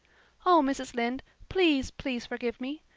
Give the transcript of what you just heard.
oh, mrs. lynde, please, please, forgive me.